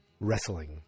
wrestling